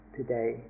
today